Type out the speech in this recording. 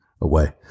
away